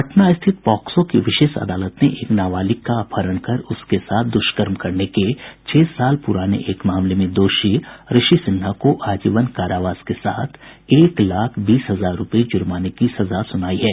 पटना स्थित पॉक्सो की विशेष अदालत ने एक नाबालिग का अपहरण कर उसके साथ द्रष्कर्म करने के छह वर्ष प्रराने एक मामले में दोषी ऋषि सिन्हा को आजीवन कारावास के साथ एक लाख बीस हजार रुपये जुर्माने की सजा सुनाई है